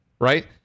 right